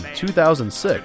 2006